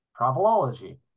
travelology